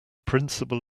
principle